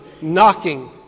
knocking